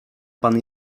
pan